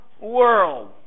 world